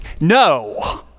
No